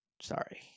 sorry